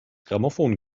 grammophon